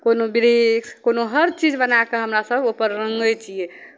कोनो वृक्ष कोनो हर चीज बना कऽ हमरासभ ओहिपर रङ्गै छियै